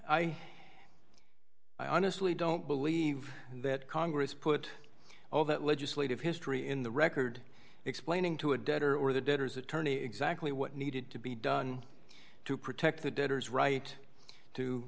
i i honestly don't believe that congress put all that legislative history in the record explaining to a debtor or the debtor's attorney exactly what needed to be done to protect the debtors right to